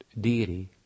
deity